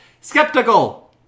skeptical